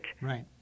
Right